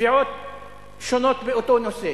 תביעות שונות באותו נושא?